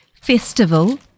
Festival